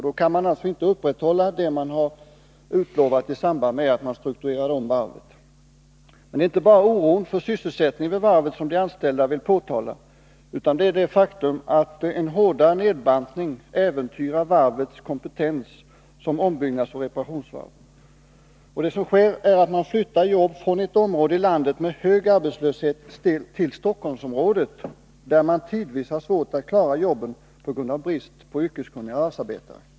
Då kan man alltså inte hålla det man lovat i samband med att man strukturerade om varvet. Men det är inte bara oron för sysselsättningen vid varvet som de anställda vill fästa uppmärksamheten på, utan även det faktum att en hårdare nedbantning äventyrar varvets kompetens som ombyggnadsoch reparationsvarv. Det som sker är att jobb flyttas från ett område i landet med hög arbetslöshet till Stockholmsområdet, där man tidvis har svårt att klara jobben på grund av brist på yrkeskunniga varvsarbetare.